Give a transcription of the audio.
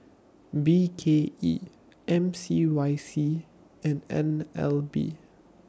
B K E M C Y C and N L B